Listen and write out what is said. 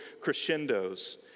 crescendos